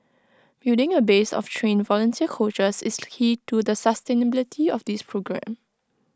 building A base of trained volunteer coaches is the key to the sustainability of this programme